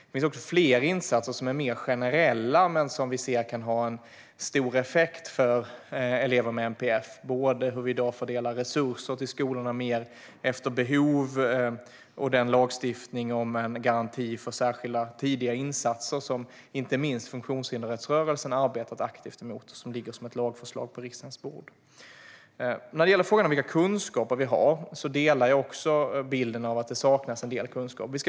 Det finns fler insatser som är mer generella men som vi ser kan ha stor effekt för elever med NPF, både hur vi i dag fördelar resurser till skolorna mer efter behov och den lagstiftning om en garanti för särskilda tidiga insatser som inte minst funktionshindersrättsrörelsen har arbetat aktivt för och som ligger som ett lagförslag på riksdagens bord. När det gäller frågan om vilka kunskaper vi har delar jag bilden att det saknas en del kunskap.